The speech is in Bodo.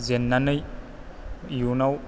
जेन्नानै इयुनाव